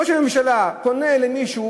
ראש הממשלה פונה למישהו,